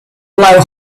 blow